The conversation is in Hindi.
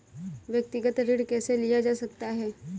व्यक्तिगत ऋण कैसे लिया जा सकता है?